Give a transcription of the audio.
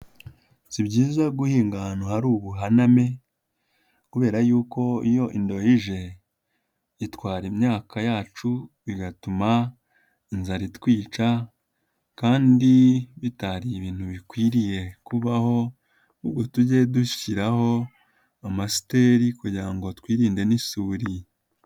Si byiza guhinga ahantu hari ubuhaname kubera y'uko iyo indoha ije itwara imyaka yacu bigatuma inzara itwica kandi bitari ibintu bikwiriye kubaho, ubwo tujye dushyiraho amasiteri kugira ngo twirinde n'isuri.